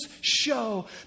show